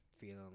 feeling